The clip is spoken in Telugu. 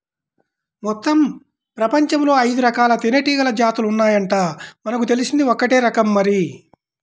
మొత్తం పెపంచంలో ఐదురకాల తేనీగల జాతులు ఉన్నాయంట, మనకు తెలిసింది ఒక్కటే రకం మరి